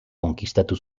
konkistatu